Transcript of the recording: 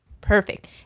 Perfect